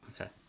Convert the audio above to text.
Okay